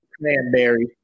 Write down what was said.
Cranberry